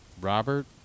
Robert